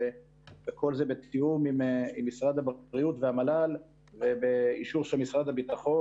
וכל זה בתאום עם משרד הבריאות והמל"ל ובאישור של משרד הביטחון,